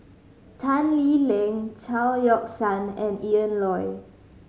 Tan Lee Leng Chao Yoke San and Ian Loy